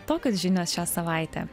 tokios žinios šią savaitę